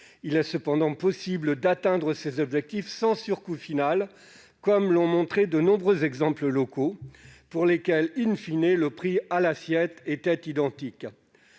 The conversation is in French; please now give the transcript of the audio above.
Il est cependant possible d'atteindre ces objectifs sans surcoût final, comme l'ont montré de nombreux exemples locaux, pour lesquels le prix à l'assiette est identique.